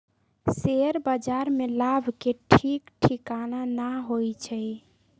share बाजार में लाभ के ठीक ठिकाना न होइ छइ